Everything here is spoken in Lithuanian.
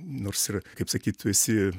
nors ir kaip sakyt tu esi